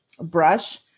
brush